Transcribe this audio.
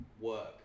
work